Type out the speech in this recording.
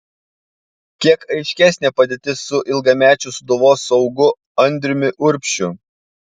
kiek aiškesnė padėtis su ilgamečiu sūduvos saugu andriumi urbšiu